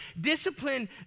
Discipline